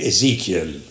Ezekiel